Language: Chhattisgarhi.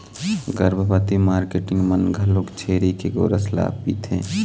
गरभबती मारकेटिंग मन घलोक छेरी के गोरस ल पिथें